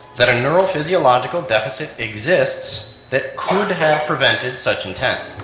that a neurophysiological deficit exists that could have prevented such intent.